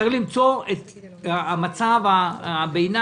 צריך למצוא את פתרון הביניים,